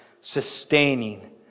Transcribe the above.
sustaining